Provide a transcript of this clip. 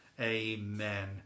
amen